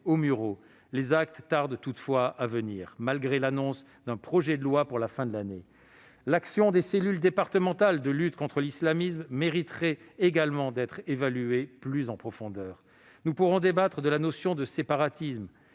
aux Mureaux. Les actes tardent toutefois à venir, malgré l'annonce d'un projet de loi pour la fin de l'année. L'action des cellules départementales de lutte contre l'islamisme et le repli communautaire mériterait également d'être évaluée plus en profondeur. Nous pourrons débattre de la notion de « séparatisme